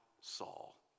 Saul